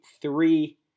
three